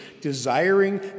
desiring